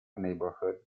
neighborhood